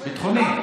ביטחוני.